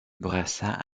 bourassa